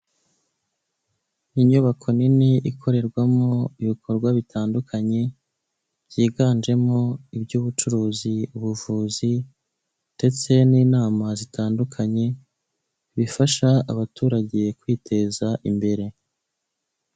Inyubako nini ikorerwamo ibikorwa bitandukanye, byiganjemo iby'ubucuruzi, ubuvuzi, ndetse n'inama zitandukanye, bifasha abaturage kwiteza imbere.